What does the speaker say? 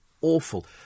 awful